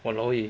!walao! eh